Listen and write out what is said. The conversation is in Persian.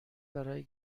برای